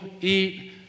eat